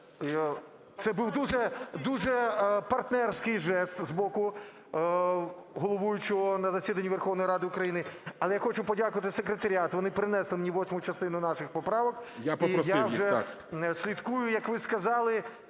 Це був дуже партнерський жест з боку головуючого на засіданні Верховної Ради України. Але я хочу подякувати секретаріату, вони принесли мені восьму частину наших поправок. ГОЛОВУЮЧИЙ. Я попросив їх, так.